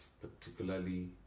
particularly